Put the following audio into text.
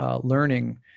Learning